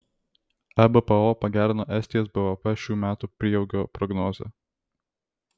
ebpo pagerino estijos bvp šių metų prieaugio prognozę